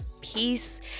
peace